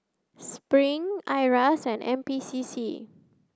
Spring IRAS and N P C C